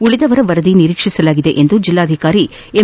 ಉಳಿದವರ ವರದಿ ನಿರೀಕ್ಷಿಸಲಾಗಿದೆ ಎಂದು ಜಿಲ್ಲಾಧಿಕಾರಿ ಎಂ